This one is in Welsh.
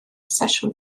sesiwn